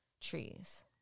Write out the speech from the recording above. trees